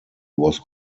was